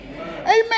Amen